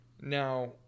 Now